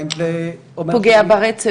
האם זה פוגע ברצף?